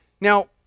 Now